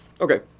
Okay